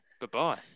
Goodbye